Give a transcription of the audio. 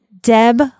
Deb